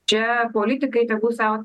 čia politikai tegu sau